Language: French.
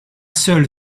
seul